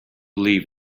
live